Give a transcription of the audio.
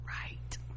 right